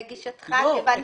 לא.